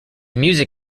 music